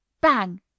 Bang